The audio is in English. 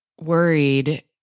worried